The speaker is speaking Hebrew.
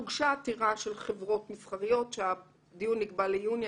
הוגשה עתירה של חברות מסחריות שהדיון נקבע ליוני.